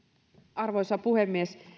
arvoisa puhemies